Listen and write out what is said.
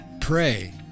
Pray